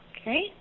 Okay